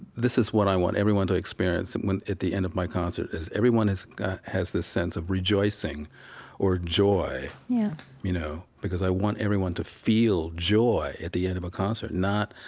this is what i want everyone to experience it when at the end of my concert is everyone has got has this sense of rejoicing or joy yeah you know, because i want everyone to feel joy at the end of a concert. not,